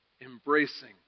embracing